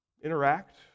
interact